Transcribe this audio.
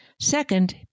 Second